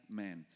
man